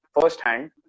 first-hand